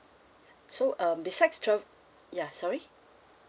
so um besides trav~ ya sorry